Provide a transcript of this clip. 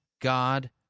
God